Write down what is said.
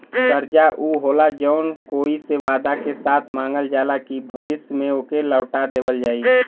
कर्जा ऊ होला जौन कोई से वादा के साथ मांगल जाला कि भविष्य में ओके लौटा देवल जाई